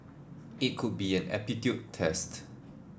it could be an aptitude test